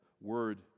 word